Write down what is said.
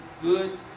good